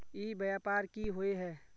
ई व्यापार की होय है?